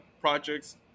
projects